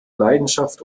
leidenschaft